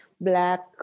Black